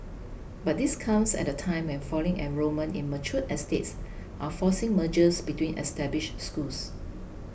but this comes at a time when falling enrolment in mature estates are forcing mergers between established schools